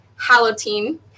Halloween